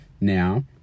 now